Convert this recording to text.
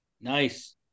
Nice